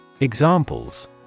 Examples